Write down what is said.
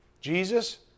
Jesus